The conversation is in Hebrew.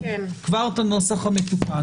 כבר את הנוסח המתוקן.